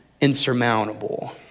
insurmountable